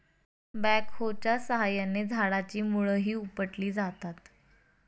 बॅकहोच्या साहाय्याने झाडाची मुळंही उपटली जातात